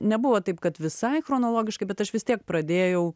nebuvo taip kad visai chronologiškai bet aš vis tiek pradėjau